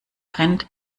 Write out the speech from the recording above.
rennt